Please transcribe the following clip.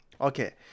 Okay